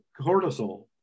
cortisol